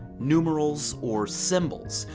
numerals or symbols,